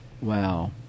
Wow